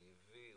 הוא הביא,